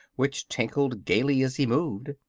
which tinkled gaily as he moved.